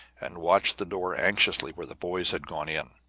and watched the door anxiously where the boys had gone in.